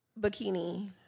Bikini